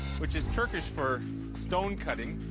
which is turkish for stonecutting.